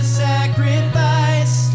sacrifice